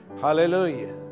Hallelujah